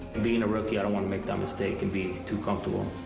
being a rookie, i don't wanna make that mistake and be too comfortable.